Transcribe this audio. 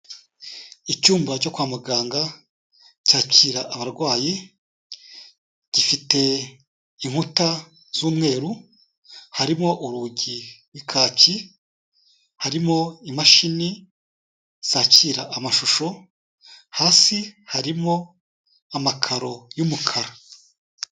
Icyumba cyo kwa muganga cyakira abarwayi, gifite inkuta z'umweru, harimo urugi rw'ikaki, harimo imashini zakira amashusho, hasi harimo amakaro y'umukara.